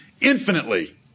infinitely